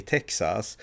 Texas